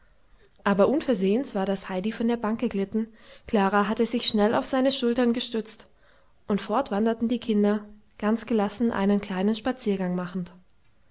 aber unversehens war das heidi von der bank geglitten klara hatte sich schnell auf seine schultern gestützt und fort wanderten die kinder ganz gelassen einen kleinen spaziergang machend